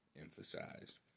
emphasized